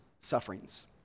sufferings